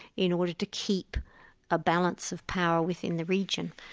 in order to keep a balance of power within the region.